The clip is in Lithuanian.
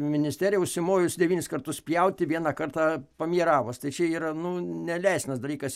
ministerija užsimojus devynis kartus pjauti vieną kartą pamieravos tai čia yra nu neleistinas dalykas